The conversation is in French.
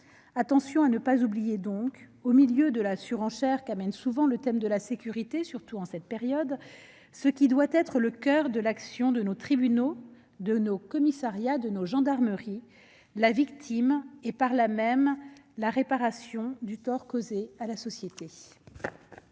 Attention à ne pas oublier, au milieu de la surenchère qu'amène souvent le thème de la sécurité, surtout en cette période, ce qui doit être au coeur de l'action de nos tribunaux, de nos commissariats et de nos gendarmeries : la victime et, à travers elle, la réparation du tort causé à la société.